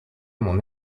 mon